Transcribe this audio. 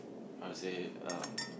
how to say um